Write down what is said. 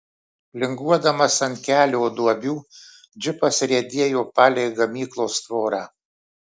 linguodamas ant kelio duobių džipas riedėjo palei gamyklos tvorą